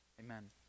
Amen